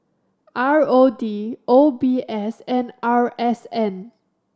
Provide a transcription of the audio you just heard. R O D O B S and R S N